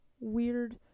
weird